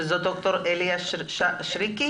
ד"ר אליה שרקי